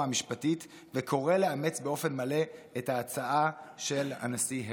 המשפטית וקורא לאמץ באופן מלא את ההצעה של הנשיא הרצוג.